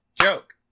joke